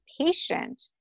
patient